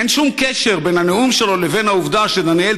אין שום קשר בין הנאום שלו לבין העובדה שדניאל